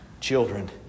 children